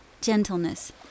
gentleness